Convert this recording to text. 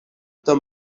tam